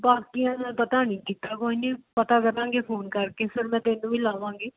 ਬਾਕੀਆਂ ਦਾ ਪਤਾ ਨਹੀਂ ਕੀਤਾ ਕੋਈ ਨਹੀਂ ਪਤਾ ਕਰਾਂਗੇ ਫੋਨ ਕਰਕੇ ਫੇਰ ਮੈਂ ਤੈਨੂੰ ਵੀ ਲਾਵਾਂਗੀ